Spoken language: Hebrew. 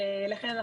לכן,